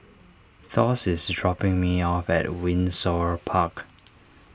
Thos is dropping me off at Windsor Park